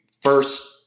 first